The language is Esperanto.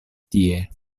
tie